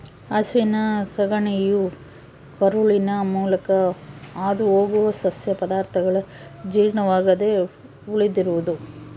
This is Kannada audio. ಹಸುವಿನ ಸಗಣಿಯು ಕರುಳಿನ ಮೂಲಕ ಹಾದುಹೋಗುವ ಸಸ್ಯ ಪದಾರ್ಥಗಳ ಜೀರ್ಣವಾಗದೆ ಉಳಿದಿರುವುದು